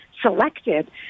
Selected